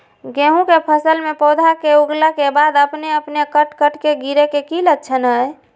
गेहूं के फसल में पौधा के उगला के बाद अपने अपने कट कट के गिरे के की लक्षण हय?